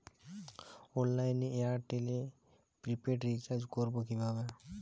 অনলাইনে এয়ারটেলে prepaid recharge করবো কিভাবে?